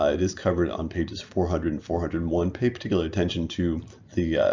ah it is covered on pages four hundred and four hundred and one. pay particular attention to the